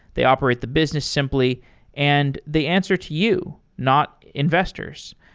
they operate the business simply and they answer to you, not investors.